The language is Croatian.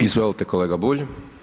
Izvolite kolega Bulj.